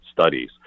studies